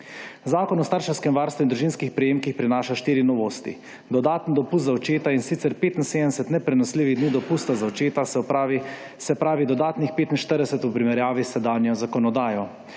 Zakon o starševskem varstvu in družinskih prejemkih prinaša štiri novosti. Dodaten dopust za očeta, in sicer 75 neprenosljivih dni dopusta za očeta, se pravi dodatnih 45 v primerjavi z sedanjo zakonodajo.